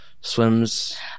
Swims